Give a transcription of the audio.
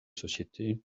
société